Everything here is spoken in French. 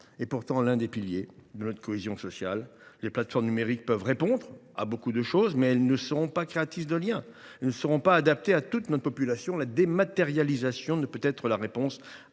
est pourtant l’un des piliers de notre cohésion sociale. Les plateformes numériques peuvent répondre à beaucoup de choses, mais elles ne sont pas créatrices de liens ; en outre, elles ne sont pas adaptées à toute notre population. La dématérialisation ne peut être la réponse à tout,